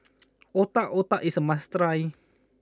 Otak Otak is a must try